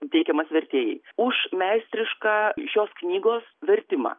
teikiamas vertėjai už meistrišką šios knygos vertimą